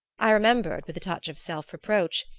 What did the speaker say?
i remembered, with a touch of self-reproach,